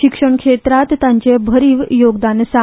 शिक्षण क्षेत्रात तांचे भरीव योगदान आसा